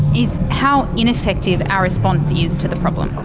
is how ineffective our response is to the problem.